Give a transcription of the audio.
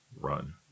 run